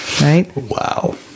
Wow